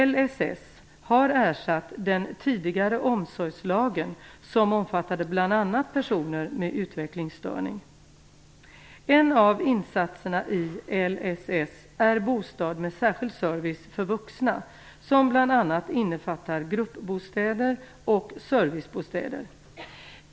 LSS har ersatt den tidigare omsorgslagen som omfattade bl.a. En av insatserna i LSS är bostad med särskild service för vuxna, som bl.a. innefattar gruppbostäder och servicebostäder.